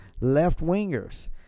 left-wingers